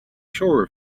sure